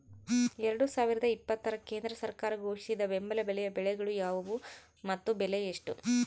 ಎರಡು ಸಾವಿರದ ಇಪ್ಪತ್ತರ ಕೇಂದ್ರ ಸರ್ಕಾರ ಘೋಷಿಸಿದ ಬೆಂಬಲ ಬೆಲೆಯ ಬೆಳೆಗಳು ಯಾವುವು ಮತ್ತು ಬೆಲೆ ಎಷ್ಟು?